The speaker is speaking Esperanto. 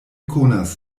konas